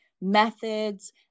methods